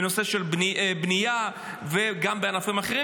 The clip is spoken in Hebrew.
בנושא של בנייה וגם בענפים אחרים,